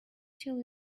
till